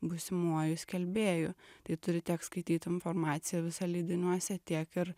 būsimuoju skelbėju tai turi tiek skaityt informaciją visą leidiniuose tiek ir